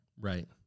Right